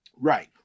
Right